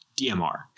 DMR